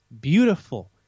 beautiful